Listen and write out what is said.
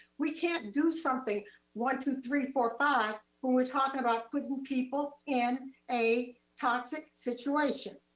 we can't do something one, two, three, four, five, when we're talking about putting people in a toxic situation.